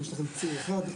יש לכם ציר אחד?